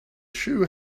shoe